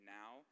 now